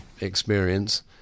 experience